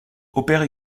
opère